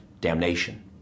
damnation